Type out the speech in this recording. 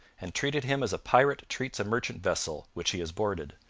and treated him as a pirate treats a merchant vessel which he has boarded.